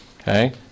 Okay